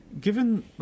given